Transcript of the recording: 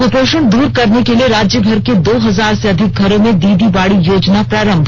कुपोषण दूर करने के लिए राज्यभर के दो हजार से अधिक घरों में दीदी बाड़ी योजना प्रारंभ